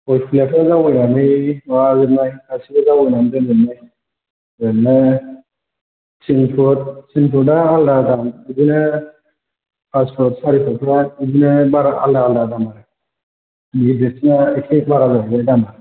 गय फुलियाथ' जावैनानै माबाजोबनाय गासिबो जावैनानै दोनजोबनाय ओरैनो थिन फुट थिन फुट आ आलादा दाम बिदिनो फास फुट सारि फुट फ्रा बिदिनो आलादा आलादा दामा गिदिरसिना एसे बारा जाहैबाय दामा